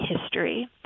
history